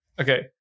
Okay